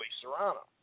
Serrano